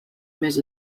més